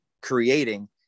creating